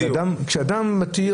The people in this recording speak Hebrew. כשאתה מתיר,